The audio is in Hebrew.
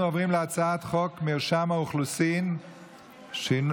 אנחנו עוברים להצעת חוק מרשם האוכלוסין (תיקון,